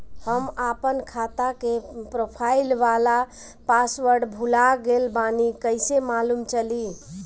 हम आपन खाता के प्रोफाइल वाला पासवर्ड भुला गेल बानी कइसे मालूम चली?